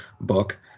book